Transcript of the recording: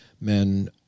men